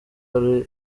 hari